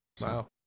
Wow